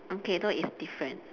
okay so it's different